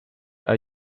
are